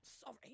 Sorry